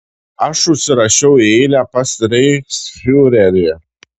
aš užsirašiau į eilę pas reichsfiurerį